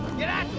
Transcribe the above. get out